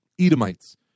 Edomites